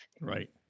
right